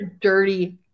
Dirty